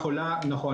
נכון.